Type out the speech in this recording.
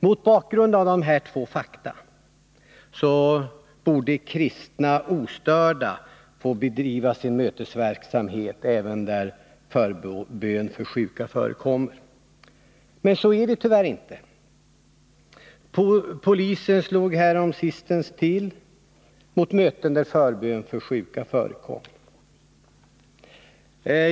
Mot bakgrund av dessa två fakta borde kristna ostörda få bedriva sin mötesverksamhet även där förbön för sjuka förekommer. Men så är det tyvärr inte. Polisen slog häromsistens till mot möten där förbön för sjuka förekom.